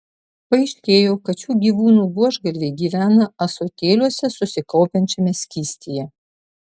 paaiškėjo kad šių gyvūnų buožgalviai gyvena ąsotėliuose susikaupiančiame skystyje